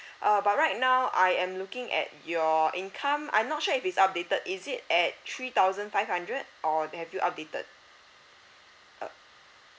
uh but right now I am looking at your income I'm not sure if it's updated is it at three thousand five hundred or have you updated err